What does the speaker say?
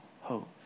hope